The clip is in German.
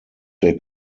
wir